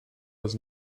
was